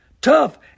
tough